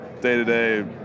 day-to-day